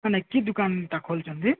ମାନେ କି ଦୋକାନଟା ଖୋଲୁଛନ୍ତି